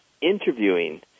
interviewing